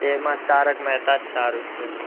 એમાં તારક મહેતા જ સારું છે